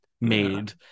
made